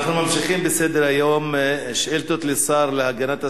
אנחנו ממשיכים בסדר-היום: שאילתות לשר להגנת הסביבה,